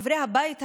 חברי הבית הזה,